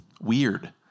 weird